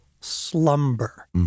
slumber